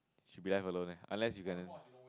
should be left alone leh unless you can